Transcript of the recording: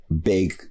big